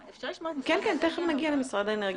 כן, תכף נגיע למשרד האנרגיה.